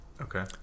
Okay